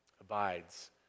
abides